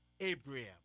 Abraham